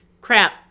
crap